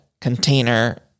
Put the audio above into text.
container